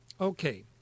Okay